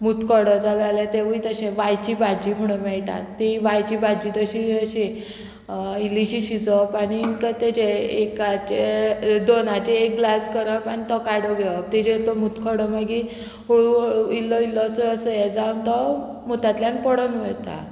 मुतखडो जाला जाल्यार तेवूय तशे वांयची भाजी म्हणून मेयटा ती वांयची भाजी तशी अशी इल्लीशी शिजोवप आनी तेजे एकाचे दोनाचे एक ग्लास करप आनी तो काडो घेवप तेजेर तो मुतखडो मागीर हळुहळू इल्लो इल्लो असो असो हें जावन तो मुतांतल्यान पडोन वयता